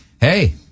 hey